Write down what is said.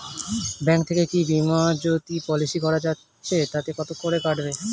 Bank থেকে কী বিমাজোতি পলিসি করা যাচ্ছে তাতে কত করে কাটবে?